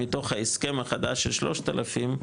מתוך ההסכם החדש של 3,000,